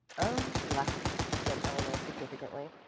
oh, latin, said eleanor significantly.